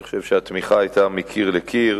בכך, אני חושב שהתמיכה היתה מקיר לקיר